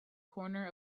corner